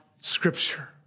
Scripture